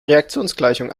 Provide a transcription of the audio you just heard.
reaktionsgleichung